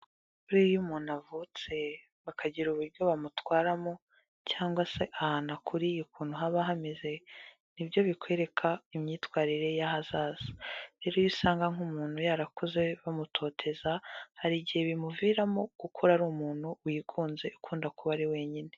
Iyo umuntu avutse bakagira uburyo bamutwaramo cyangwa se ahantu akuriye ukuntu haba hameze, ni byo bikwereka imyitwarire y'ahazaza, rero iyo usanga nk'umuntu yarakuze bamutoteza hari igihe bimuviramo gukura ari umuntu wikunze, ukunda kuba ari wenyine.